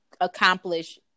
accomplish